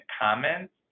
comments